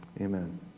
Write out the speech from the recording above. Amen